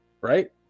right